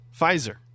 Pfizer